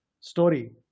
story